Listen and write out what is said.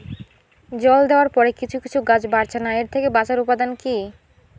জল দেওয়ার পরে কিছু কিছু গাছ বাড়ছে না এর থেকে বাঁচার উপাদান কী?